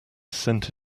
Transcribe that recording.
cent